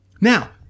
now